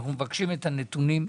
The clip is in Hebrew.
אנחנו מבקשים את הנתונים,